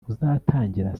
uzatangira